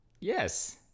Yes